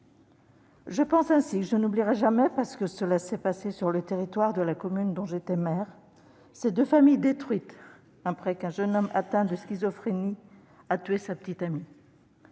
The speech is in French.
réponse. Je n'oublierai ainsi jamais, parce que cela s'est passé sur le territoire de la commune dont j'étais le maire, ces deux familles détruites après qu'un jeune homme atteint de schizophrénie a tué sa petite amie.